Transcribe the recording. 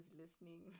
listening